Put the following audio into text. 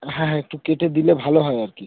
হ্যাঁ হ্যাঁ একটু কেটে দিলে ভালো হয় আর কি